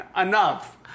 Enough